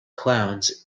clowns